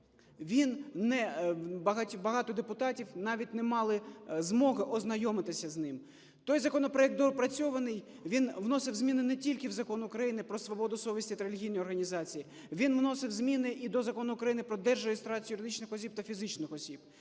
багато депутатів навіть не мали змоги ознайомитися з ним. Той законопроект доопрацьований, він вносив зміни не тільки в Закон України "Про свободу совісті та релігійні організації", він вносив зміни і до Закону України про держреєстрацію юридичних осіб та фізичних осіб.